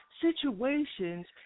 Situations